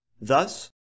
thus